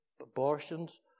abortions